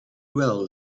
well